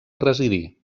residí